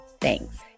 Thanks